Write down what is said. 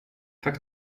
tak